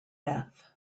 beth